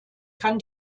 kann